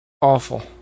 Awful